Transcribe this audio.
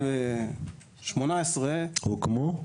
הוקמו?